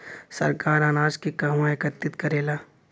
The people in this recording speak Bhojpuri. सरकार अनाज के कहवा एकत्रित करेला?